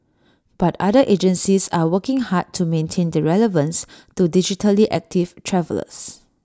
but other agencies are working hard to maintain their relevance to digitally active travellers